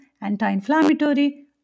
anti-inflammatory